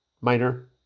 minor